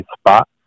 spot